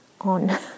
on